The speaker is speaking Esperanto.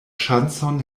ŝancon